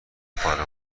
فارغ